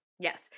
yes